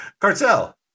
Cartel